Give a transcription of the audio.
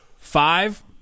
Five